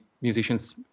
musicians